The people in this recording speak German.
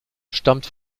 stammt